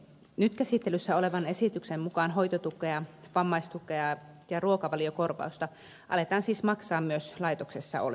nyt käsittelyssä olevan esityksen mukaan hoitotukea vammaistukea ja ruokavaliokorvausta aletaan maksaa siis myös laitoksessa oleville